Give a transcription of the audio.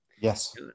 Yes